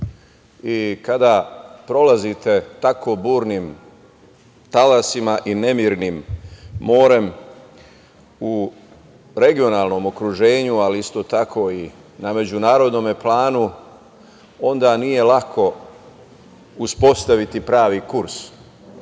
i kada prolazite tako burnim talasima i nemirnim morem, u regionalnom okruženju, ali isto tako i na međunarodnom planu, onda nije lako uspostaviti pravi kurs,